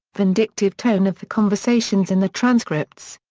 vindictive tone of the conversations in the transcripts.